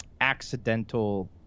accidental